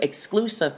exclusive